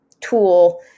tool